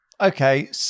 Okay